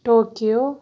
Tokyo